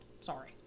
Sorry